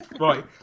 Right